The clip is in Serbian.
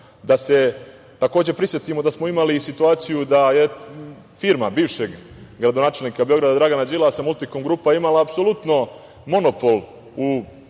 bogatstvo. Prisetimo se da smo imali situaciju da je firma bivšeg gradonačelnika Beograda Dragana Đilasa „Multikom grupa“ imala apsolutno monopol u